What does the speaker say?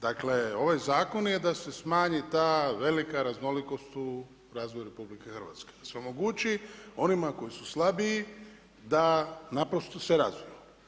Dakle ovaj zakon je da se smanji ta velika raznolikost u razvoju RH, da se omogući onima koji su slabiji da naprosto se razviju.